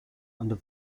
under